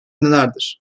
nelerdir